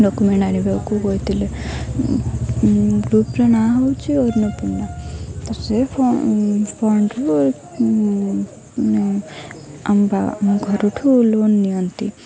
document ଆଣିବାକୁ କହିଥିଲେ ଗ୍ରୁପ୍ର ନାଁ ହେଉଛି ଅନ୍ନପୂର୍ଣ୍ଣା ତ ସେ ଫଣ୍ଡରୁ ଆମ ଘରଠୁ ଲୋନ୍ ନିଅନ୍ତି